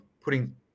putting